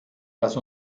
lass